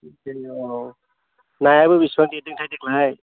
नायाबो बेसेबां देरदोंथाय देग्लाय